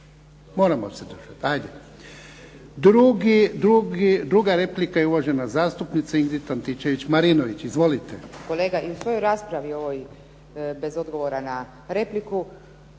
Moramo se držati, hajde. Druga replika je uvažena zastupnica Ingrid Antičević-Marinović. Izvolite.